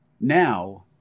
Now